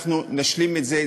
אנחנו נשלים את זה.